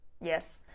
yes